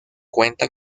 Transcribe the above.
cuenta